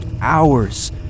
hours